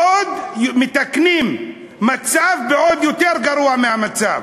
עוד, מתקנים מצב בעוד יותר גרוע מהמצב,